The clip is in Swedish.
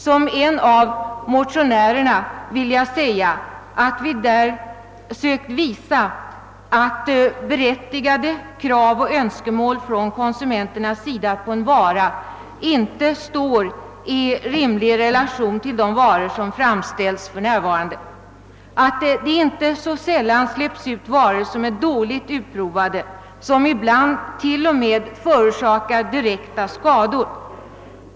Som en av motionärerna vill jag säga att vi har försökt visa att konsumenternas berättigade krav och önskemål i fråga om en vara ofta inte står i Telation till de varor som för närvaran «de framställs. Inte så sällan släpps varor ut som är dåligt utprovade och ibland t.o.m. förorsakar direkta skador.